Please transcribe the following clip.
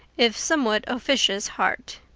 if somewhat officious, heart.